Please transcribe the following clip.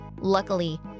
Luckily